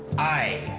i,